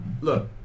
look